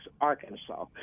Arkansas